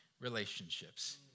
relationships